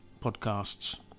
podcasts